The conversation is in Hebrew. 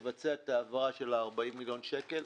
תקציבים לבצע את העברה של ה-40 מיליון שקל.